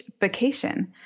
vacation